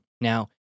Now